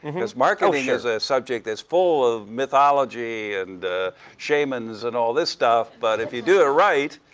and because market is a subject that's full of mythology and shamans and all this stuff. but if you do it right,